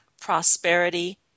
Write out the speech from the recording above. prosperity